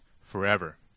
forever